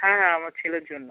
হ্যাঁ আমার ছেলের জন্য